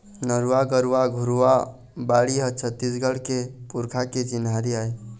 नरूवा, गरूवा, घुरूवा, बाड़ी ह छत्तीसगढ़ के पुरखा के चिन्हारी आय